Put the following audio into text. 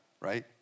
right